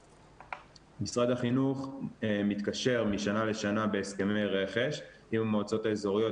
משרד החינוך מתקשר משנה לשנה בהסכמי רכש עם המועצות האזוריות